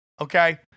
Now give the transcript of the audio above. Okay